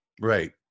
Right